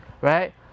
right